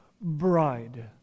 bride